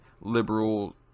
liberal